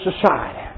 society